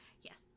yes